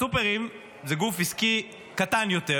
הסופרים זה גוף עסקי קטן יותר,